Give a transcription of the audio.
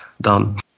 done